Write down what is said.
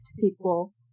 people